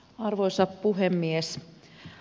arvoisa puhemies